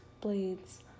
blades